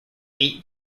eight